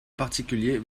particulier